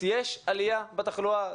יש עלייה בתחלואה.